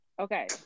okay